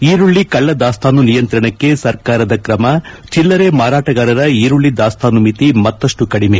ಈರುಳ್ಳಿ ಕಳ್ಳ ದಾಸ್ತಾನು ನಿಯಂತ್ರಣಕ್ಕೆ ಸರ್ಕಾರದ ಕ್ರಮ ಚಿಲ್ಲರೆ ಮಾರಾಟಗಾರರ ಈರುಳ್ಳಿ ದಾಸ್ತಾನು ಮಿತಿ ಮತ್ತಷ್ಟು ಕಡಿಮೆ